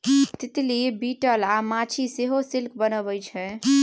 तितली, बिटल अ माछी सेहो सिल्क बनबै छै